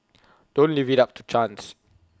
don't leave IT up to chance